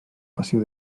passió